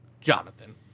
Jonathan